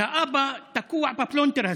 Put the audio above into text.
והאבא תקוע בפלונטר הזה.